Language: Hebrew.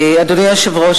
אדוני היושב-ראש,